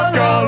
go